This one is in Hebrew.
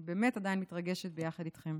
אני באמת עדיין מתרגשת יחד איתכם.